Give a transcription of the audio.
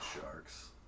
sharks